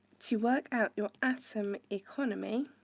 to work out your atom economy,